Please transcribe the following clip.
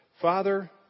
Father